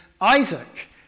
Isaac